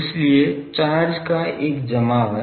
लेकिन चार्ज का एक जमाव है